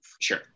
Sure